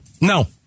no